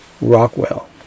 Rockwell